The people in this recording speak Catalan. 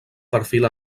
perfil